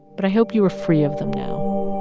but i hope you are free of them now.